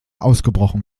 ausgebrochen